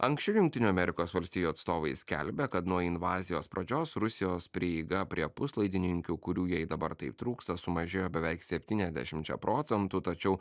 anksčiau jungtinių amerikos valstijų atstovai skelbia kad nuo invazijos pradžios rusijos prieiga prie puslaidininkių kurių jai dabar taip trūksta sumažėjo beveik septyniasdešimčia procentų tačiau